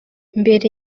mbere